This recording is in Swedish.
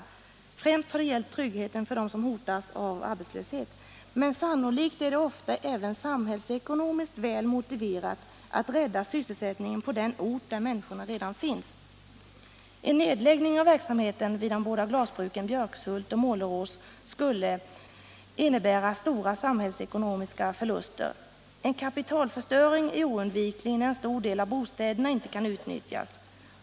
Främst har det gällt tryggheten för dem som hotas av arbetslöshet. Men sannolikt är det ofta även samhällsekonomiskt väl motiverat att rädda sysselsättningen på den ort där människorna redan finns. En nedläggning av verksamheten vid de båda glasbruken Björkshult och Målerås skulle —-—-—- innebära stora samhällsekonomiska förluster. En kapitalförstöring är oundviklig när en stor del av bostäderna inte kan utnyttjas.